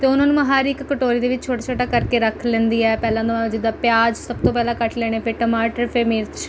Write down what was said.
ਅਤੇ ਉਨ੍ਹਾਂ ਨੂੰ ਮੈਂ ਹਰ ਇੱਕ ਕਟੋਰੀ ਦੇ ਵਿੱਚ ਛੋਟਾ ਛੋਟਾ ਕਰਕੇ ਰੱਖ ਲੈਂਦੀ ਹੈ ਪਹਿਲਾਂ ਤਾਂ ਜਿੱਦਾਂ ਪਿਆਜ਼ ਸਭ ਤੋਂ ਪਹਿਲਾਂ ਕੱਟ ਲੈਣੇ ਫਿਰ ਟਮਾਟਰ ਫਿਰ ਮਿਰਚ